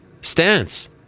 stance